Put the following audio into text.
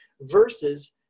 versus